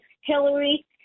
Hillary